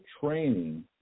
training